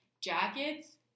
jackets